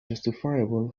justifiable